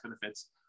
benefits